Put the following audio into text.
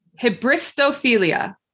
Hebristophilia